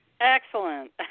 Excellent